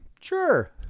Sure